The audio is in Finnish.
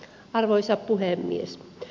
arvoisa puhemies